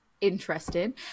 Interesting